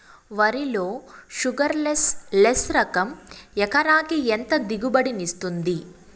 వరి లో sugarless less రకం ఎకరాకి ఎంత దిగుబడినిస్తుంది